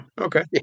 Okay